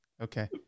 Okay